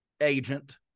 agent